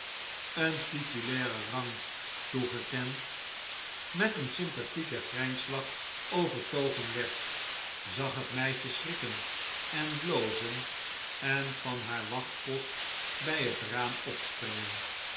een titulairen rang toegekend met een sympathieken grijnslach overtogen werd zag het meisje schrikken en blozen en van haar wachtpost bij het raam opspringen